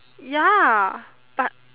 ya but